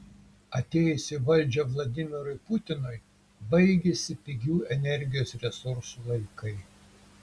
atėjus į valdžią vladimirui putinui baigėsi pigių energijos resursų laikai